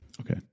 okay